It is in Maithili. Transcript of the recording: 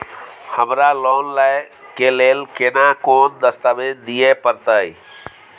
हमरा लोन लय के लेल केना कोन दस्तावेज दिए परतै?